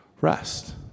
rest